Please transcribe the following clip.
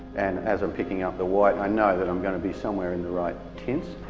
and as i'm picking up the white i know that i'm going to be somewhere in the right tints.